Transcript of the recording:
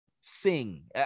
sing